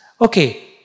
Okay